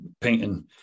painting